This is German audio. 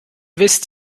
wisst